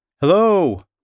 Hello